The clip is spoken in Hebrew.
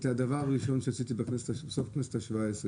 הדבר הראשון שעשיתי בסוף כנסת ה-17,